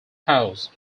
house